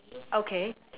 okay